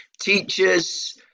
teachers